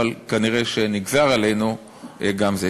אבל כנראה נגזר עלינו גם זה.